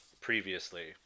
previously